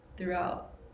Throughout